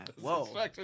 Whoa